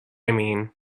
mean